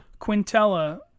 Quintella